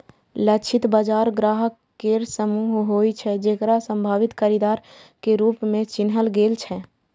लक्षित बाजार ग्राहक केर समूह होइ छै, जेकरा संभावित खरीदार के रूप मे चिन्हल गेल छै